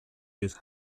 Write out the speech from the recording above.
just